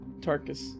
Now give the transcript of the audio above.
Tarkus